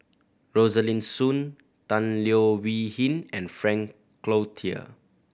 Rosaline Soon Tan Leo Wee Hin and Frank Cloutier